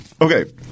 Okay